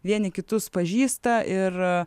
vieni kitus pažįsta ir